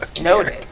Noted